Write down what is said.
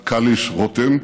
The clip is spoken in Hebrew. עינת קליש-רותם.